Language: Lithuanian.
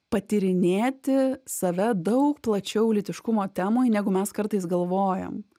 patyrinėti save daug plačiau lytiškumo temoj negu mes kartais galvojam